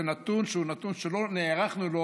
זה נתון שלא נערכנו לו